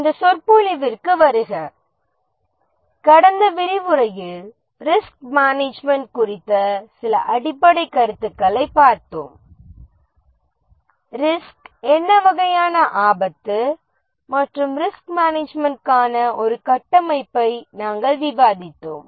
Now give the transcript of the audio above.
இந்த விரிவுரைக்கு வருக கடந்த விரிவுரையில் ரிஸ்க் மேனேஜ்மென்ட் குறித்த சில அடிப்படைக் கருத்துகளைப் பார்த்தோம் ரிஸ்க் என்ன வகையான ஆபத்தை தரும் மற்றும் ரிஸ்க் மேனேஜ்மென்டிற்கான ஒரு கட்டமைப்பை நாம் விவாதித்தோம்